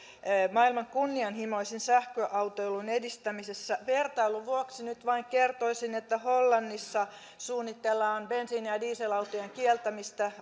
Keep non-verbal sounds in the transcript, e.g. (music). maailman kunnianhimoisin sähköautoilun edistämisessä vertailun vuoksi nyt vain kertoisin että hollannissa suunnitellaan bensiini ja ja die selautojen kieltämistä (unintelligible)